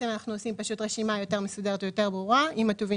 " של הטובין